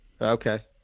Okay